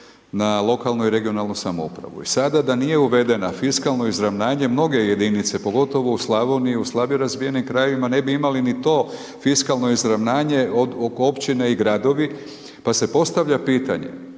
na lokalnu i regionalnu samoupravu. I sada da nije uvedena fiskalno izravnanje, mnoge jedinice, pogotovo u Slavoniji, u slabije razvijenim krajevima, ne bi imali ni to fiskalno izravnanje, od općine i gradovi, pa se postavlja pitanje,